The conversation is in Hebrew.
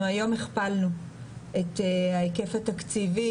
אנחנו היום הכפלנו את ההיקף התקציבי